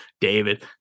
David